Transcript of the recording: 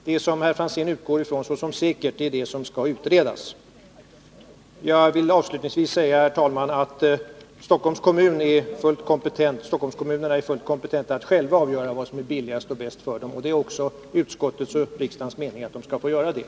Det herr Franzén utgår ifrån som säkert är det som skall utredas. Jag skall avslutningsvis säga, herr talman, att Storstockholmskommunerna är fullt kompetenta att själva avgöra vad som är billigast och bäst, även miljömässigt, för dem, och det är också utskottets och riksdagens mening att de skall få göra det.